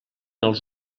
els